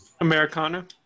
Americana